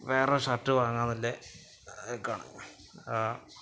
വേറെ ഷർട്ട് വാങ്ങാം എന്നുള്ള നിലക്കാണ്